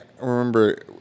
remember